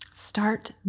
Start